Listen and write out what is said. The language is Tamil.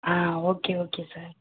ah okay okay sir